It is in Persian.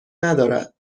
ندارد